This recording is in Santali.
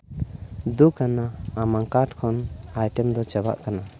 ᱫᱩᱠ ᱟᱱᱟᱜ ᱟᱢᱟᱜ ᱠᱟᱨᱰ ᱠᱷᱚᱱ ᱟᱭᱴᱮᱢ ᱫᱚ ᱪᱟᱵᱟᱜ ᱠᱟᱱᱟ